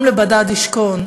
עם לבדד ישכון,